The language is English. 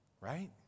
Right